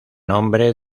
nombre